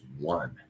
one